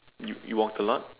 you you walk a lot